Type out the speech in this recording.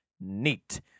Neat